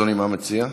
אדוני, מה אתה מציע?